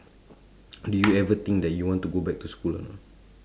do you ever think that you want to go back to school or not